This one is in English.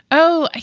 oh,